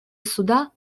суда